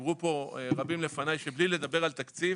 דיברו פה רבים לפניי שבלי לדבר על תקציב